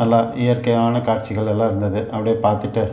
நல்லா இயற்கையான காட்சிகள் எல்லாம் இருந்தது அப்டியே பார்த்துட்டு